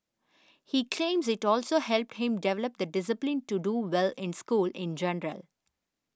he claims it also helped him develop the discipline to do well in school in